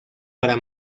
para